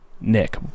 Nick